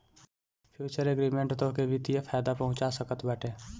futures agreement तोहके वित्तीय फायदा पहुंचा सकत बाटे